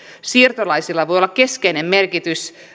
siirtolaisilla voi olla keskeinen merkitys